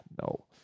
no